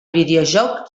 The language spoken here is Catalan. videojoc